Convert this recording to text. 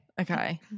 okay